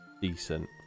decent